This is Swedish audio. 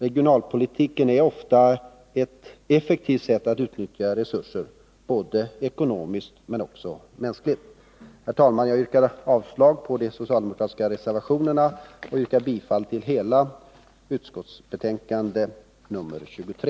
Regionalpolitiken är ofta ett effektivt sätt att utnyttja resurser — såväl ekonomiskt som mänskligt. Herr talman! Jag yrkar avslag på de socialdemokratiska reservationerna och således bifall till utskottets hemställan på samtliga punkter i betänkandet nr 23.